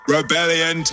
Rebellion